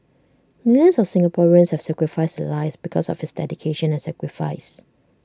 millions of Singaporeans have sacrifice their lives because of his dedication and sacrifice